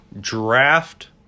draft